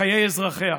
חיי אזרחיה.